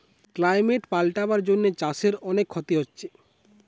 climate পাল্টাবার জন্যে চাষের অনেক ক্ষতি হচ্ছে